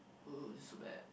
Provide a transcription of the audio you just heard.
oh this so bad